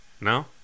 No